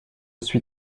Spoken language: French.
suis